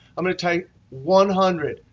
i'm going to type one hundred,